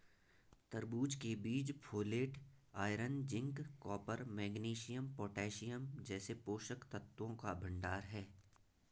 तरबूज के बीज folate, iron, zinc, copper, magnesium, potassium जैसे पोषक तत्वों का भंडार है